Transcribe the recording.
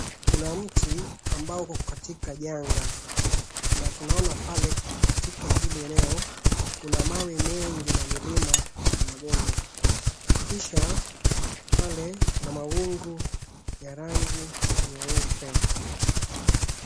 Kuna mti ambao uko katika janga, na tunaona pale katika hili eneo kuna mawe mengi na milima na mabonde. Kisha pale kuna mawingu ya rangi nyeupe.